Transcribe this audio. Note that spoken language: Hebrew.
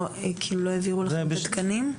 עוד לא העבירו תקנים,